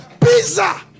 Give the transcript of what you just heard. pizza